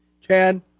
Chad